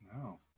No